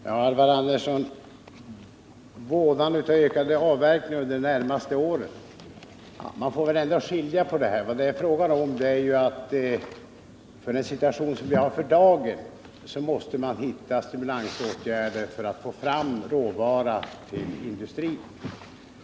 Herr talman! Beträffande vådan av ökade avverkningar under de närmaste åren, Alvar Andersson, måste man väl ändå skilja på vissa saker. I dagens situation måste vi vidta stimulansåtgärder för att få fram råvaror till industrin.